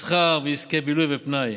מסחר ועסקי בילוי ופנאי,